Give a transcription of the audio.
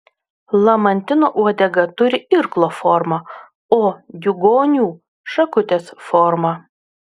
lamantino uodega turi irklo formą o diugonių šakutės formą